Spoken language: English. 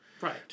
right